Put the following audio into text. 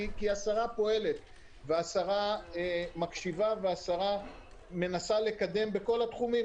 כי השרה פועלת והיא מקשיבה ומנסה לקדם בכל התחומים,